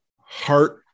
heart